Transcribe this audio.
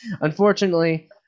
Unfortunately